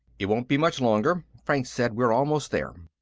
it won't be much longer, franks said. we're almost there.